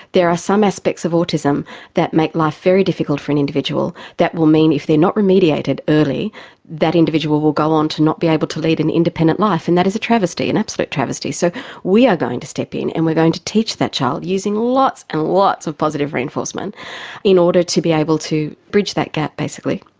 there are some aspects of autism that make life very difficult for an individual that will mean if they are not remediated early that individual will go on to not be able to lead an independent life, and that is a travesty, an absolute travesty. so we are going to step in and we are going to teach that child using lots and lots of positive reinforcement in order to be able to bridge that gap basically.